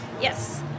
yes